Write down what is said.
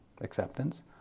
acceptance